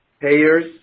payers